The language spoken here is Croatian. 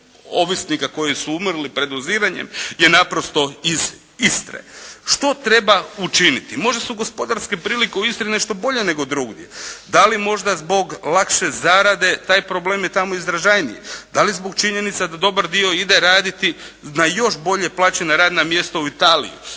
ovisnika koji su umrli predoziranjem je naprosto iz Istre. Što treba učiniti? Možda su gospodarske prilike u Istri nešto bolje nego drugdje. Da li možda zbog lakše zarade taj problem je tamo izražajniji. Da li zbog činjenica da dobar dio ide raditi na još bolje plaćena radna mjesta u Italiji,